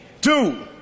Two